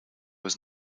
was